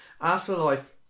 Afterlife